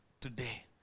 today